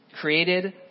created